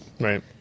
Right